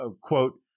quote